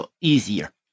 easier